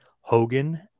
Hogan